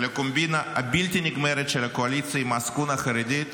על הקומבינה הבלתי-נגמרת של הקואליציה עם העסקונה החרדית,